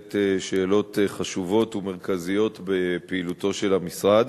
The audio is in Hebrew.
בהחלט שאלות חשובות ומרכזיות בפעילותו של המשרד.